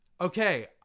okay